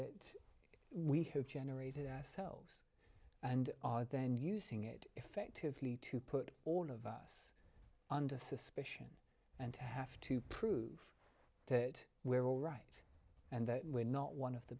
it we have generated our selves and our then using it effectively to put all of us under suspicion and to have to prove that we're all right and that we're not one of the